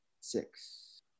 Six